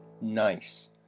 Nice